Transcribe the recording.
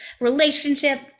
relationship